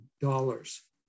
dollars